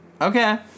Okay